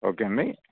okay అండి